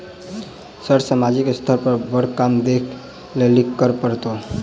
Sir सामाजिक स्तर पर बर काम देख लैलकी करऽ परतै?